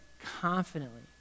confidently